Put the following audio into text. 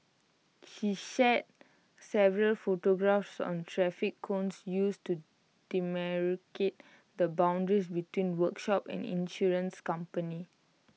she shared several photographs on traffic cones used to demarcate the boundaries between workshop and insurance company